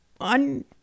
on